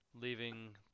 leaving